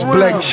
Black